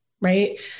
right